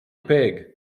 pig